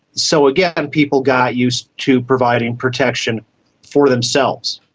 so again, and people got used to providing protection for themselves.